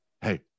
hey